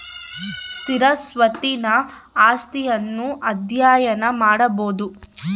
ಸ್ಥಿರ ಸ್ವತ್ತಿನ ಆಸ್ತಿಯನ್ನು ಅಧ್ಯಯನ ಮಾಡಬೊದು